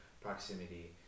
proximity